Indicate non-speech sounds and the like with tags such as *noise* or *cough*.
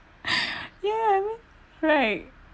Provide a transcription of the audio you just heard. *laughs* yeah right